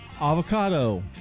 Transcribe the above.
Avocado